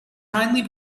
kindly